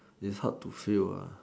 it's hard to fail uh